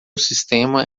sistema